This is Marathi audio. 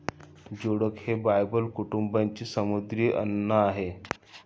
जोडक हे बायबल कुटुंबाचे समुद्री अन्न आहे